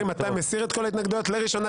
אתה תסיר את כל ההתנגדויות לקריאות הראשונה,